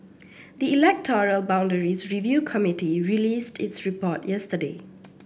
the electoral boundaries review committee released its report yesterday